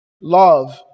Love